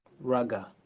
raga